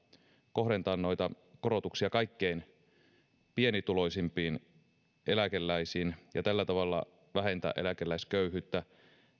kohdentaa noita korotuksia kaikkein pienituloisimpiin eläkeläisiin ja tällä tavalla vähentää eläkeläisköyhyyttä